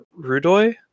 Rudoy